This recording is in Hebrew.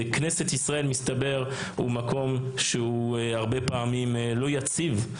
כנסת ישראל מסתבר היא מקום שהוא הרבה פעמים לא יציב,